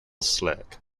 slick